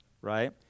right